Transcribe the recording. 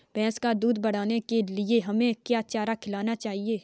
भैंस का दूध बढ़ाने के लिए हमें क्या चारा खिलाना चाहिए?